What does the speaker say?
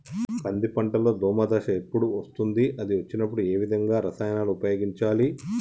కంది పంటలో దోమ దశ ఎప్పుడు వస్తుంది అది వచ్చినప్పుడు ఏ విధమైన రసాయనాలు ఉపయోగించాలి?